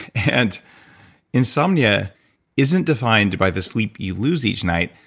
and insomnia isn't defined by the sleep you lose each night,